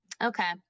okay